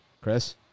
Chris